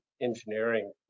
engineering